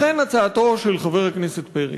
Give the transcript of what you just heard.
לכן הצעתו של חבר הכנסת פרץ,